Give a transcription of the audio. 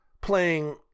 playing